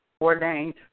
ordained